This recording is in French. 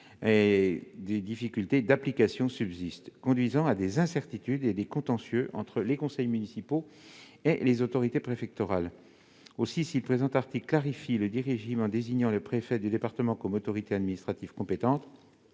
des difficultés locales apparaissent qui conduisent à des incertitudes et à des contentieux entre conseils municipaux et autorités préfectorales. Si le présent article clarifie lesdits régimes en désignant le préfet de département comme autorité administrative compétente,